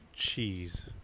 Cheese